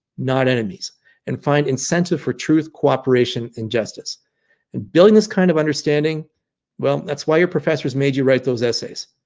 not enemies and find incentive for truth cooperation and justice and building this kind of understanding well that's why your professors made you write those essays,